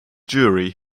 jury